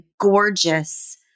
gorgeous